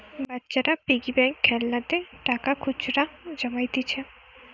বাচ্চারা piggy bank খেলনাতে টাকা খুচরা জমাইতিছে